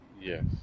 Yes